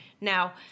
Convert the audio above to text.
Now